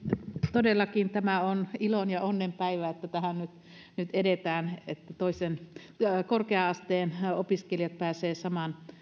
todellakin tämä on ilon ja onnen päivä että tähän nyt nyt edetään että korkea asteen opiskelijat pääsevät saman